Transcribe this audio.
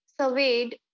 surveyed